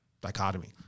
dichotomy